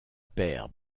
paire